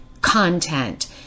content